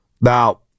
Now